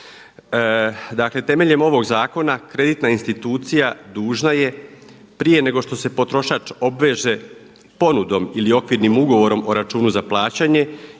Dakle temeljem ovog zakona kreditna institucija dužna je prije nego što se potrošač obveže ponudom ili okvirnim ugovorom o računu za plaćanje